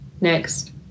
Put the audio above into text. Next